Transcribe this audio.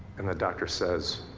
and the doctor says,